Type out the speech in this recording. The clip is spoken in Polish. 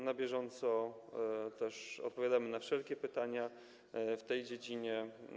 Na bieżąco też odpowiadamy na wszelkie pytania w tej dziedzinie.